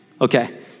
Okay